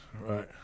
right